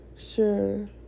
sure